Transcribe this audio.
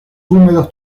húmedos